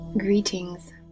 Greetings